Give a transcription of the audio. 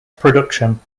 production